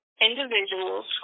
individuals